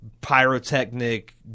pyrotechnic